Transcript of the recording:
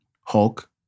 Hulk